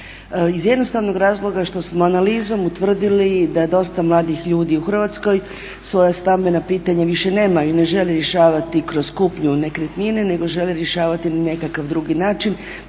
iz jednostavnog razloga što smo analizom utvrdili da dosta mladih ljudi u Hrvatskoj svoja stambena pitanja više nemaju i ne žele rješavati kroz kupnju nekretnine nego želi rješavati na nekakav drugi način,